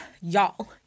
y'all